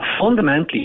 fundamentally